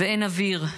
אין אוויר.